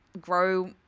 grow